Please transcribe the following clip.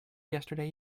yesterday